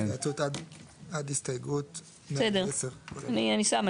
עד הסתייגות 110. בסדר, אני שמה לי.